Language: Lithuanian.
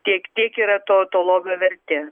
tiek tiek yra to lobio vertė